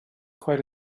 quite